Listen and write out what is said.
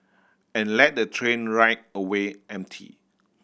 and let the train ride away empty